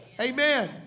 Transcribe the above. Amen